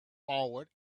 forward